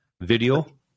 Video